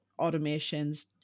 automations